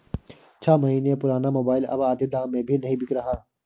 छह महीने पुराना मोबाइल अब आधे दाम में भी नही बिक रहा है